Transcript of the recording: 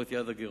הגירעון,